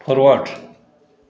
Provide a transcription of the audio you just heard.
forward